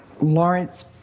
Lawrence